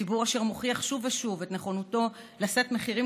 ציבור אשר מוכיח שוב ושוב את נכונותו לשאת מחירים